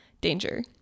danger